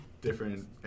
different